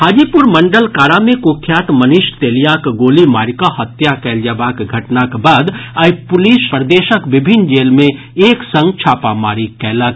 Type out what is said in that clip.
हाजीपुर मंडल कारा मे कुख्यात मनीष तेलियाक गोली मारि कऽ हत्या कयल जएबाक घटनाक बाद आइ पुलिस प्रदेशक विभिन्न जेल मे एक संग छापामारी कयलक